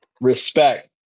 Respect